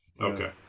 okay